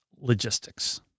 logistics